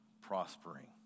prospering